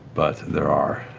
but there are